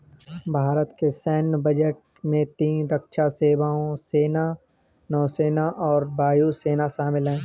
भारत के सैन्य बजट में तीन रक्षा सेवाओं, सेना, नौसेना और वायु सेना शामिल है